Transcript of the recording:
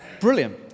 Brilliant